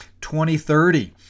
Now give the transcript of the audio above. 2030